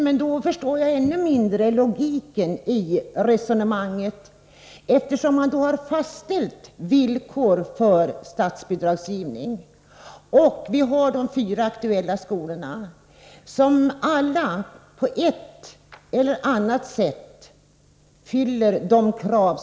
Men nu förstår jag ännu mindre logiken i resonemanget. Det har alltså fastställts villkor för statsbidragsgivning, och de fyra aktuella skolorna fyller på ett eller annat sätt de fastställda kraven.